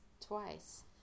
twice